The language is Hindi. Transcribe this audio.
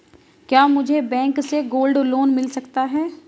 क्या मुझे बैंक से गोल्ड लोंन मिल सकता है?